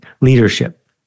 leadership